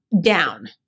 down